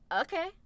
Okay